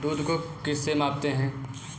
दूध को किस से मापते हैं?